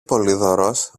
πολύδωρος